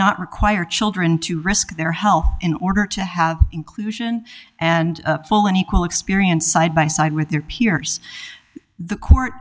not require children to risk their health in order to have inclusion and full and equal experience side by side with their peers the court